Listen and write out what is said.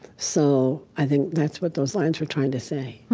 so i think that's what those lines were trying to say.